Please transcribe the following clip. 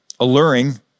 Alluring